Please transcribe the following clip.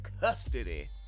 custody